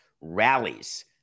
rallies